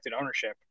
ownership